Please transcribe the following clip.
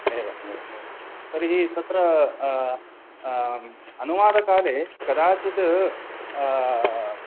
एवम् एवम् एवं तर्हि तत्र अनुवादकाले कदाचित्